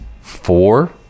Four